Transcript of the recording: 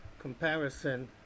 Comparison